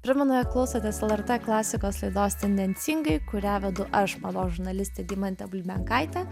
primenu jog klausotės lrt klasikos laidos tendencingai kurią vedu aš mados žurnalistė deimantė bulbenkaitė